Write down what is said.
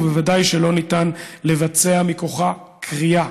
ובוודאי שלא ניתן לבצע מכוחה כרייה.